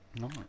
nice